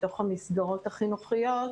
במסגרות החינוכיות,